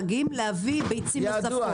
כשאני משלם על התשומות פי שניים מאשר באירופה,